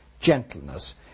gentleness